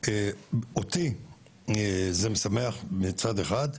אותי זה משמח מצד אחד.